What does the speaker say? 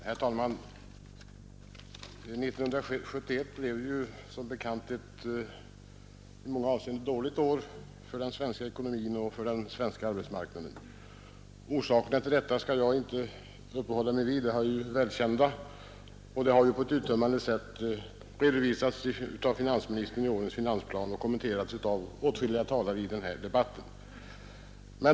Herr talman! 1971 blev sorh bekant ett i många avseenden dåligt år för den svenska ekonomin och den svenska arbetsmarknaden. Orsakerna till detta skall jag inte uppehålla mig vid — de är välkända och har dessutom på ett uttömmande sätt redovisats av finansministern i årets finansplan och kommenterats av åtskilliga talare i denna debatt.